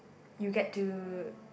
you get to